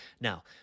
Now